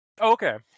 Okay